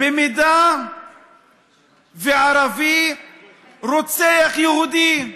אם ערבי רוצח יהודי,